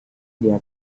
dia